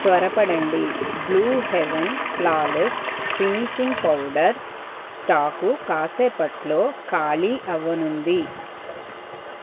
త్వరపడండి Blue Heaven flawless finishing powder stock కాసేపట్లో ఖాళీ అవ్వనుంది